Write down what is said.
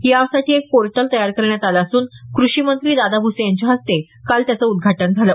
यासाठी एक पोर्टेल तयार करण्यात आलं असून कृषी मंत्री दादा भुसे यांच्या हस्ते त्याचं काल त्याचं उद्घाटन झालं